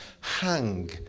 hang